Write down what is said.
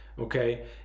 Okay